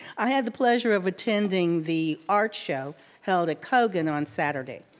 i had the pleasure of attending the art show held at colgan on saturday.